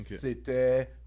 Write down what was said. c'était